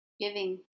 Giving